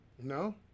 No